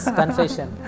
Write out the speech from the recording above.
confession